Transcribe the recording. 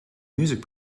music